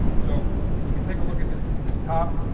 so you can take a look at this this top.